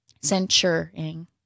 Censuring